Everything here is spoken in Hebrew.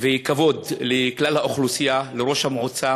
וכבוד לכלל האוכלוסייה, לראש המועצה,